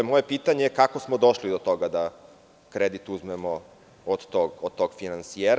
Moje pitanje je – kako smo došli do toga da kredit uzmemo od tog finansijera?